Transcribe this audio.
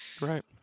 Right